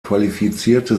qualifizierte